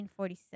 1947